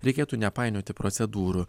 reikėtų nepainioti procedūrų